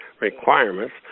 requirements